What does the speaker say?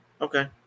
Okay